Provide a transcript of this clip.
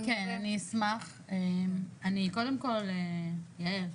כן, אני אשמח, אני קודם כל, יעל,